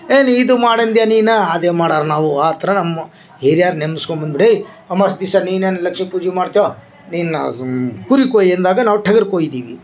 ಹೇ ನೀ ಇದು ಮಾಡಿ ಅಂದ್ಯಾ ನೀನು ಅದೆ ಮಾಡರೆ ನಾವು ಆ ಥರ ನಮ್ಮ ಹಿರಿಯರು ನೆನ್ಪ್ಸ್ಕೊಂಡು ಬಂದ್ಬುಡಿ ಅಮವಾಸಿ ದಿವಸ ನೀನೇನು ಲಕ್ಷ್ಮೀ ಪೂಜಿ ಮಾಡ್ತ್ಯೊ ನೀನು ಸುಮ್ಮನೆ ಕುರಿ ಕೊಯ್ ಅಂದಾಗ ನಾವು ಟಗರು ಕೊಯ್ದೀವಿ